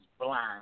blind